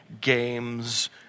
games